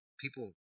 people